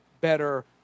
better